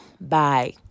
Bye